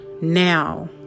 now